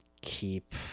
Keep